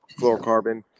fluorocarbon